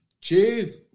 Cheese